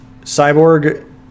Cyborg